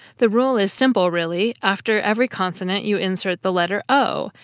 the rule is simple, really after every consonant you insert the letter o,